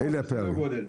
לחודש סדר גודל.